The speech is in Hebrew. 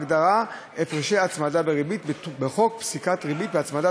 בהגדרה "הפרשי הצמדה וריבית" בחוק פסיקת ריבית והצמדה,